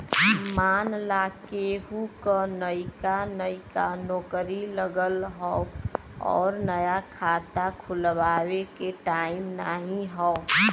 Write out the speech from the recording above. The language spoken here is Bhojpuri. मान ला केहू क नइका नइका नौकरी लगल हौ अउर नया खाता खुल्वावे के टाइम नाही हौ